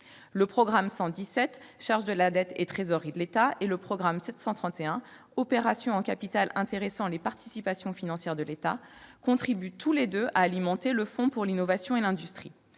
Le programme 117, « Charge de la dette et trésorerie de l'État », et le programme 731, « Opérations en capital intéressant les participations financières de l'État », contribuent tous deux à alimenter le fonds pour l'innovation et l'industrie.